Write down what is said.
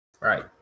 Right